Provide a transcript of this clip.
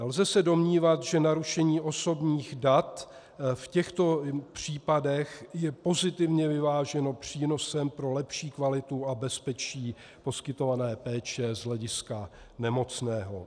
Lze se domnívat, že narušení osobních dat v těchto případech je pozitivně vyváženo přínosem pro lepší kvalitu a bezpečí poskytované péče z hlediska nemocného.